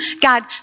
God